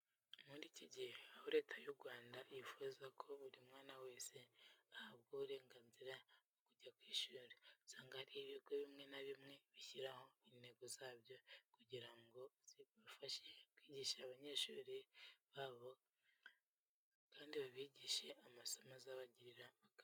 Muri iki gihe aho Leta y'u Rwanda yifuza ko buri mwana wese ahabwa uburenganzira bwo kujya ku ishuri, usanga hari ibigo bimwe na bimwe bishyiraho intego zabyo kugira ngo zibafashe kwigisha abanyeshuri babo kandi babigishe amasomo azabagirira akamaro.